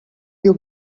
you